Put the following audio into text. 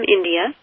India